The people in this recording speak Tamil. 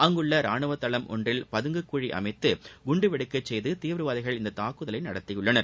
அங்குள்ள ராணுவ தளம் ஒன்றில் பதுங்கு குழி அமைத்து குண்டுவெடிக்க செய்து தீவிரவாதிகள் இத்தாக்குதலை நடத்தியுள்ளனர்